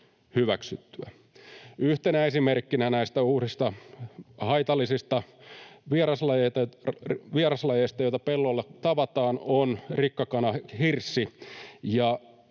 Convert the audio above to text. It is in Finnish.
Yhtenä esimerkkinä näistä uusista haitallisista vieraslajeista, joita pellolla tavataan, on rikkakananhirssi.